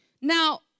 Now